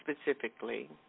specifically